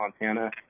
Montana